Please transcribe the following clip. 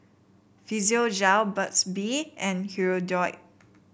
Physiogel Burt's Bee and Hirudoid